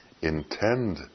intend